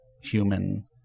human